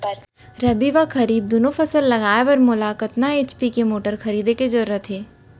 रबि व खरीफ दुनो फसल लगाए बर मोला कतना एच.पी के मोटर खरीदे के जरूरत हे?